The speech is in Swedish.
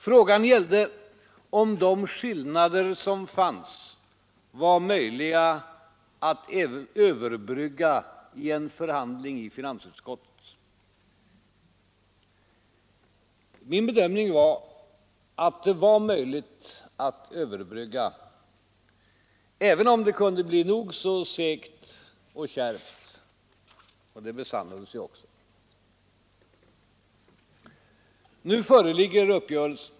Frågan gällde, om de skillnader som fanns var möjliga att överbrygga i en förhandling i finansutskottet. Min bedömning var att det var möjligt att överbrygga dem, även om det kunde bli nog så segt och kärvt — och det besannades ju också. Nu föreligger uppgörelsen.